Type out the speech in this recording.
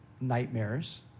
nightmares